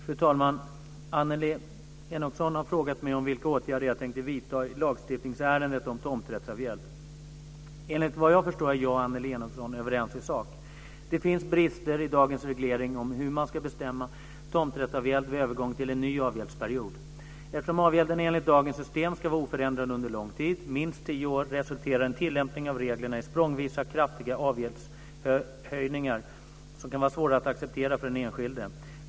Fru talman! Annelie Enochson har frågat mig om vilka åtgärder jag tänker vidta i lagstiftningsärendet om tomträttsavgäld. Enligt vad jag förstår är jag och Annelie Enochson överens i sak: Det finns brister i dagens reglering om hur man ska bestämma tomträttsavgäld vid övergång till en ny avgäldsperiod. Eftersom avgälden enligt dagens system ska vara oförändrad under lång tid, minst tio år, resulterar en tillämpning av reglerna i språngvisa, kraftiga avgäldshöjningar som kan vara svåra att acceptera för den enskilde.